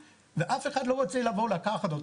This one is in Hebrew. ואף אחד לא רוצה לבוא לקחת.